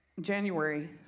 January